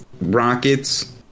Rockets